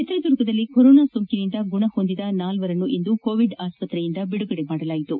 ಚಿತ್ರದುರ್ಗದಲ್ಲಿ ಸೋಂಕಿನಿಂದ ಗುಣಹೊಂದಿದ ನಾಲ್ವರನ್ನು ಇಂದು ಕೋವಿಡ್ ಆಸ್ಪತ್ರೆಯಿಂದ ಬಿಡುಗಡೆ ಮಾಡಲಾಯಿತು